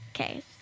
Okay